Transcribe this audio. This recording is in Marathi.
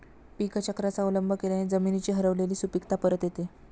पीकचक्राचा अवलंब केल्याने जमिनीची हरवलेली सुपीकता परत येते